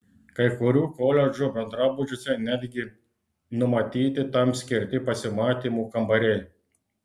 kai kurių koledžų bendrabučiuose netgi numatyti tam skirti pasimatymų kambariai